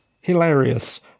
hilarious